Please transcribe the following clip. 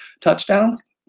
touchdowns